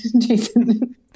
Jason